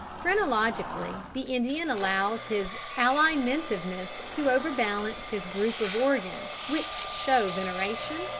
phrenologically the indian allows his alimentiveness to overbalance his group of organs which show veneration,